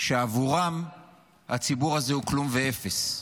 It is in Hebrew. שעבורם הציבור הזה הוא כלום ואפס.